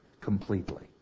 completely